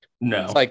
No